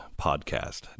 podcast